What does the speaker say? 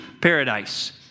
paradise